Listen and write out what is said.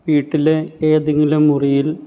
വീട്ടിലെ ഏതെങ്കിലും മുറിയിൽ